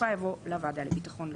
לביטחון לאומי".